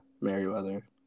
Merriweather